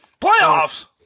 playoffs